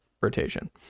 rotation